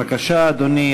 בבקשה, אדוני.